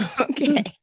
Okay